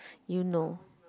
you know